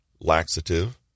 laxative